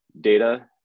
data